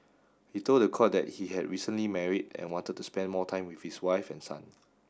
he told the court that he had recently married and wanted to spend more time with his wife and son